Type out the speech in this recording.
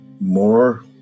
more